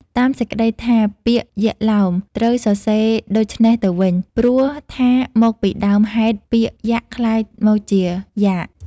មានសេចក្ដីថាពាក្យ "យាក់ឡោម" ត្រូវសរសេរដូច្នេះទៅវិញ ព្រោះថាមកពីដើមហេតុពាក្យ យាក់ ក្លាយមកពី "យ៉ាក់"។